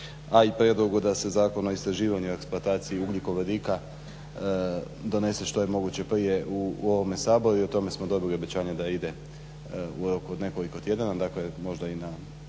a i prijedlogu da se zakon o istraživanju i eksploataciji ugljikovodika donese što je moguće prije u ovome Saboru i o tome smo dobili obećanje da ide u roku od nekoliko tjedana dakle možda i na